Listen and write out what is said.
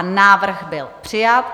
Návrh byl přijat.